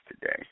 today